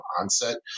onset